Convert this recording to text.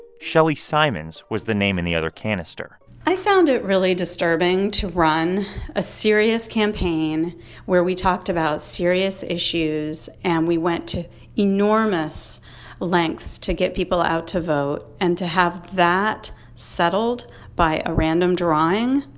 shelly simonds was the name in the other canister i found it really disturbing to run a serious campaign where we talked about serious issues and we went to enormous lengths to get people out to vote, and to have that settled by a random drawing,